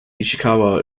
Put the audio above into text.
ishikawa